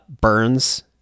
burns